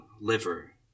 liver